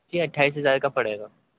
جی اٹھائیس ہزار کا پڑے گا